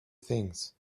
things